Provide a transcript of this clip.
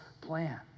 plan